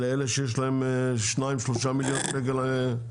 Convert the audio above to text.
לאלה שיש להם שניים או שלושה מיליון שקל תיק?